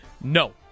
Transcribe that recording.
No